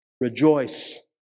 Rejoice